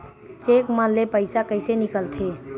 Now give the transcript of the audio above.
Cheque म ले पईसा कइसे निकलथे?